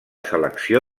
selecció